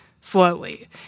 slowly